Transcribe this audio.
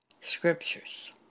scriptures